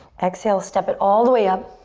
exhale, step it all the way up.